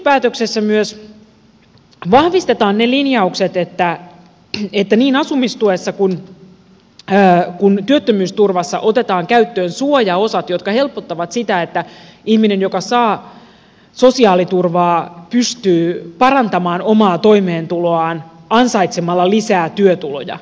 tässä kehyspäätöksessä myös vahvistetaan ne linjaukset että niin asumistuessa kuin työttömyysturvassa otetaan käyttöön suojaosat jotka helpottavat sitä että ihminen joka saa sosiaaliturvaa pystyy parantamaan omaa toimeentuloaan ansaitsemalla lisää työtuloja